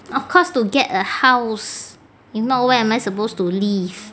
of course to get a house if not where am I supposed to live